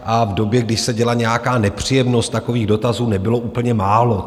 A v době, když se děla nějaká nepříjemnost, takových dotazů nebylo úplně málo.